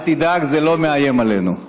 אל תדאג, זה לא מאיים עלינו.